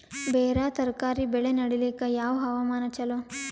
ಬೇರ ತರಕಾರಿ ಬೆಳೆ ನಡಿಲಿಕ ಯಾವ ಹವಾಮಾನ ಚಲೋ?